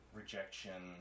rejection